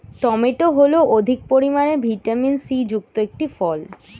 tomato হল অধিক পরিমাণে ভিটামিন সি যুক্ত একটি ফল